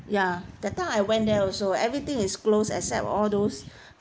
ya that time I went there also everything is closed except all those